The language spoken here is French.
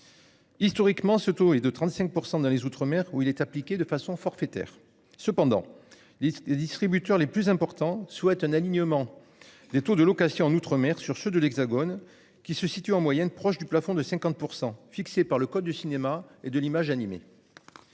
Historiquement, ce taux est de 35% dans les Outre-mer, où il est appliquée de façon forfaitaire cependant. Liste des distributeurs les plus importants souhaite un alignement des taux de location en outre-mer sur ceux de l'Hexagone qui se situe en moyenne proche du plafond de 50% fixé par le code du cinéma et de l'image animée.